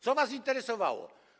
Co was interesowało?